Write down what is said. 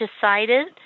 decided